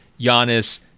Giannis